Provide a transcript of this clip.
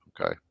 okay